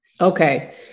Okay